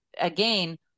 Again